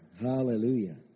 Hallelujah